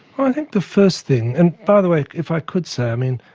i think the first thing, and by the way, if i could say, um and